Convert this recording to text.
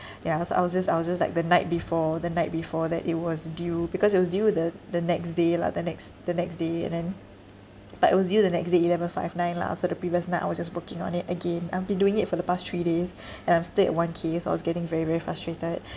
ya so I was just I was just like the night before the night before that it was due because it was due the the next day lah the next the next day and then but it was due the next day eleven five nine lah so the previous night I was just working on it again I've been doing it for the past three days and I'm still at one K so I was getting very very frustrated